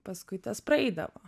paskui tas praeidavo